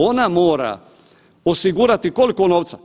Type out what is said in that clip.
Ona mora osigurati koliko novca?